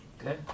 Okay